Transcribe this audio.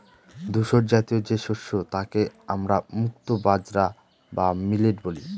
ধূসরজাতীয় যে শস্য তাকে আমরা মুক্তো বাজরা বা মিলেট বলি